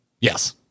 Yes